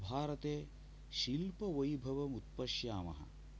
आभारते शिल्पवैभवम् उत्पश्यामः